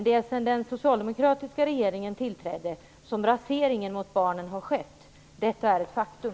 Det är sedan den socialdemokratiska regeringen tillträdde som raseringen av barnens villkor har skett. Det är ett faktum.